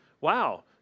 wow